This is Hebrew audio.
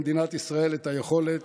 במדינת ישראל את היכולת